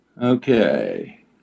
okay